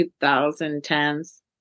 2010s